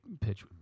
pitch